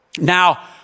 Now